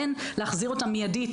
בין להחזיר אותם מיידית,